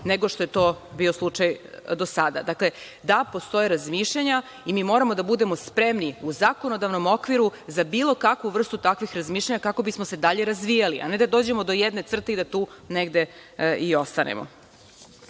nego što je to bio slučaj do sada. Dakle, da postoje razmišljanja i mi moramo da budemo spremni u zakonodavnom okviru za bilo kakvu vrstu takvih razmišljanja, kako bismo se dalje razvijali. Ne da dođemo do jedne crte i da tu negde i ostanemo. Takođe,